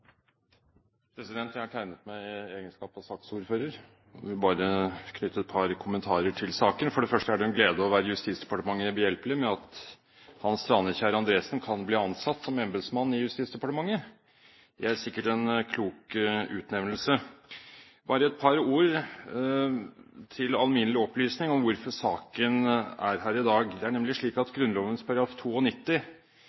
President, jeg har tegnet meg i egenskap av saksordfører. Jeg vil bare knytte et par kommentarer til saken. For det første er det en glede å være Justisdepartementet behjelpelig med at Hans Tranekjer Andresen kan bli ansatt som embetsmann i Justisdepartementet. Det er sikkert en klok utnevnelse. Bare et par ord til alminnelig opplysning om hvorfor saken er her i dag: Det er nemlig slik at